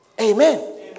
Amen